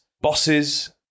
bosses